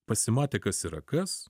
pasimatė kas yra kas